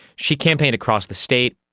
she campaigned across the state.